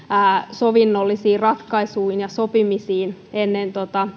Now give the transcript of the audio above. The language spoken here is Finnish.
sovinnollisiin ratkaisuihin ja sopimisiin ennen